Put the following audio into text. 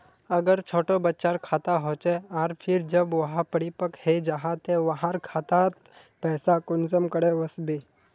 अगर छोटो बच्चार खाता होचे आर फिर जब वहाँ परिपक है जहा ते वहार खातात पैसा कुंसम करे वस्बे?